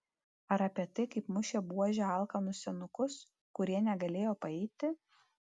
ar apie tai kaip mušė buože alkanus senukus kurie negalėjo paeiti